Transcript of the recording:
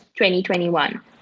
2021